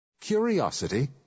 Curiosity